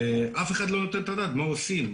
ואף אחד לא נותן את הדעת מה עושים,